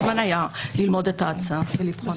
אז תראי כמה זמן היה ללמוד את ההצעה ולבחון אותה.